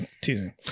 teasing